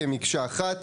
כמקשה אחת.